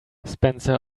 spencer